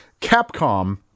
Capcom